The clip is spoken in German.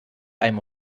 einem